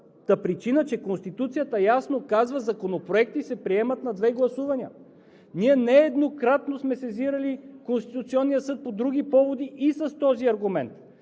причина, че Конституцията ясно казва: законопроекти се приемат на две гласувания. Ние нееднократно сме сезирали Конституционния съд по други поводи и с този аргумент.